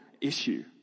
issue